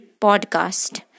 podcast